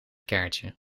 kaartje